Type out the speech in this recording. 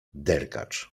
derkacz